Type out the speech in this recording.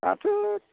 दाथ'